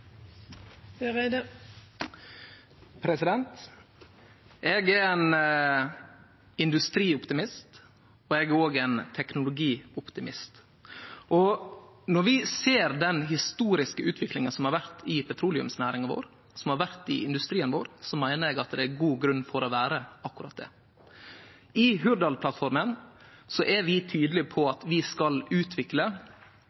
ein industrioptimist. Eg er òg ein teknologioptimist. Når vi ser den historiske utviklinga som har vore i petroleumsnæringa vår, som har vore i industrien vår, meiner eg at det er god grunn til å vere akkurat dette. I Hudalsplattforma er vi tydelege på